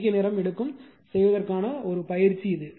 அதிக நேரம் எடுக்கும் செய்வதற்கான ஒரு பயிற்சி இது